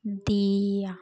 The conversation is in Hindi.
दीया